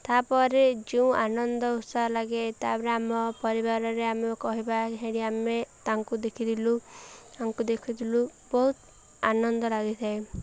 ତା'ପରେ ଯେଉଁ ଆନନ୍ଦ ଉତ୍ସାହ ଲାଗେ ତା'ପରେ ଆମ ପରିବାରରେ ଆମେ କହିବା ହେଡ଼ି ଆମେ ତାଙ୍କୁ ଦେଖିଥିଲୁ ତାଙ୍କୁ ଦେଖିଥିଲୁ ବହୁତ ଆନନ୍ଦ ଲାଗିଥାଏ